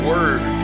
Word